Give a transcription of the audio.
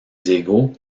diego